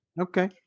Okay